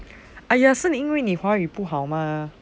!aiya! 是因为你的华语不好 mah